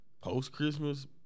post-Christmas